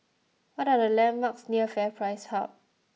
what are the landmarks near FairPrice Hub